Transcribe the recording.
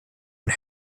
and